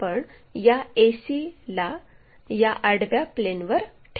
आपण या ac ला या आडव्या प्लेनवर ठेवूया